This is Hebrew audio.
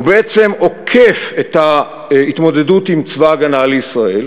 הם בעצם עוקפים את ההתמודדות עם צבא הגנה לישראל,